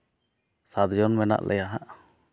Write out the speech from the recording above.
ᱥᱟᱛᱡᱚᱱ ᱢᱮᱱᱟᱜ ᱞᱮᱭᱟ ᱦᱟᱸᱜ